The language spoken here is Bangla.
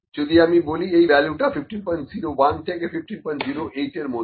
যদি আমি বলি এই ভ্যালুটা 15 01 থেকে 1508 এর মধ্যে